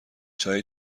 چای